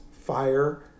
fire